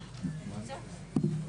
באמת,